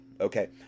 okay